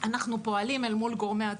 אנחנו פועלים אל מול גורמיה.